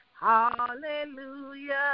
hallelujah